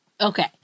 Okay